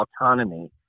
autonomy